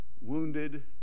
wounded